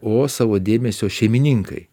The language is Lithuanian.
o savo dėmesio šeimininkai